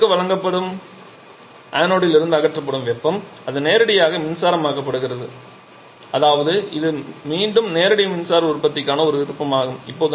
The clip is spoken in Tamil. கேத்தோடிற்கு வழங்கப்பட்டு அனோடில் இருந்து அகற்றப்படும் வெப்பம் அது நேரடியாக மின்சாரமாக மாற்றப்படுகிறது அதாவது இது மீண்டும் நேரடி மின்சார உற்பத்திக்கான ஒரு விருப்பமாகும்